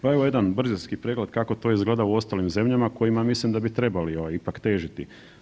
Pa evo jedan brzinski pregled kako to izgleda u ostalim zemljama kojima mislim da bi trebali ovaj ipak težiti.